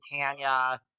Tanya